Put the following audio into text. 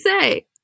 say